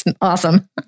awesome